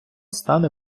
стане